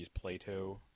Plato